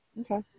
Okay